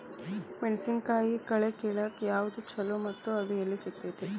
ಮೆಣಸಿನಕಾಯಿ ಕಳೆ ಕಿಳಾಕ್ ಯಾವ್ದು ಛಲೋ ಮತ್ತು ಅದು ಎಲ್ಲಿ ಸಿಗತೇತಿ?